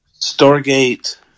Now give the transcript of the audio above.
Stargate